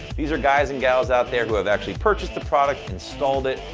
these are guys and gals out there who have actually purchased the product, installed it,